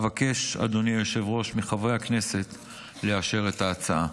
אדוני היושב-ראש, אבקש מחברי הכנסת לאשר את ההצעה.